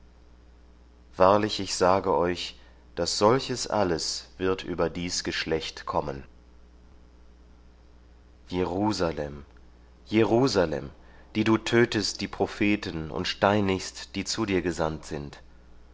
wahrlich ich sage euch daß solches alles wird über dies geschlecht kommen jerusalem jerusalem die du tötest die propheten und steinigst die zu dir gesandt sind